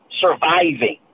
surviving